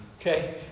Okay